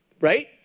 right